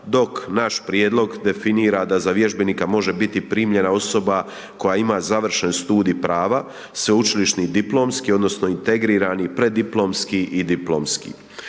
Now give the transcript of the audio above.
dok naš prijedlog definira da za vježbenika može biti primljena osoba koja ima završen studij prava, sveučilišni diplomski odnosno integrirani preddiplomski i diplomski,